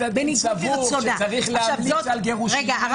אם בית הדין סבור שצריך להמליץ על גירושין --- רגע,